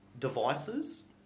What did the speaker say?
devices